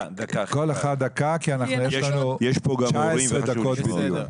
כל אחד דקה, כי יש לנו 19 דקות בדיוק.